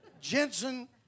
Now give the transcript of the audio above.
Jensen